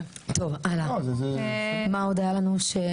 מה עוד היה לנו?